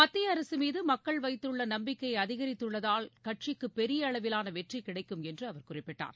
மத்திய அரசு மீது மக்கள் வைத்துள்ள நம்பிக்கை அதிகரித்துள்ளதால் கட்சிக்கு பெரிய அளவிலான வெற்றி கிடைக்கும் என்று அவர் குறிப்பிட்டார்